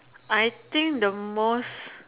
I think the most